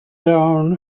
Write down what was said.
down